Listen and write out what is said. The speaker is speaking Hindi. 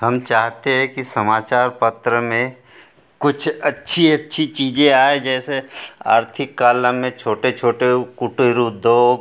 हम चाहते हैं कि समाचार पत्र में कुछ अच्छी अच्छी चीज़ें आए जैसे आर्थिक कालम में छोटे छोटे कुटिर उद्योग